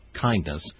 kindness